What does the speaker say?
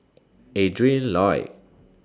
Adrin Loi